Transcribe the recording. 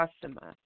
customer